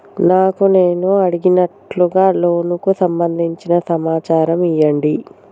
నాకు నేను అడిగినట్టుగా లోనుకు సంబందించిన సమాచారం ఇయ్యండి?